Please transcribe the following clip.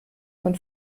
von